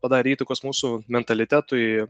padarė įtakos mūsų mentalitetui